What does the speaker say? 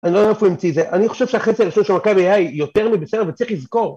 אני לא יודע מאיפה הוא המציא את זה, אני חושב שהחצי הראשון של מכבי היה יותר מבסדר וצריך לזכור.